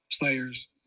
players